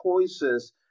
choices